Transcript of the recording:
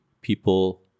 people